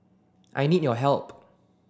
I need your help